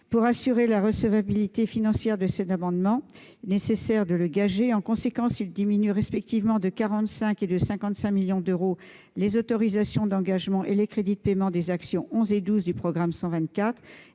Pour assurer la recevabilité financière de cet amendement, il était nécessaire de le gager. En conséquence, nous proposons de diminuer respectivement de 45 millions et de 55 millions d'euros en autorisations d'engagement et en crédits de paiement le budget des actions n 11 et 12 du programme 124,